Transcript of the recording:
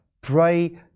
pray